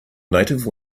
native